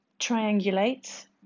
triangulate